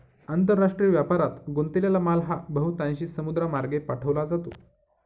आंतरराष्ट्रीय व्यापारात गुंतलेला माल हा बहुतांशी समुद्रमार्गे पाठवला जातो